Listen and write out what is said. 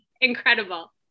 incredible